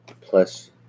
plus